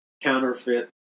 counterfeit